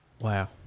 Wow